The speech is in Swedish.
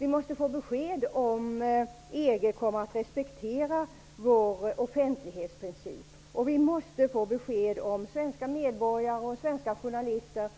Vi måste få besked om huruvida EG kommer att respektera vår offentlighetsprincip. Vi måste också få besked om huruvida svenska medborgare och svenska journalister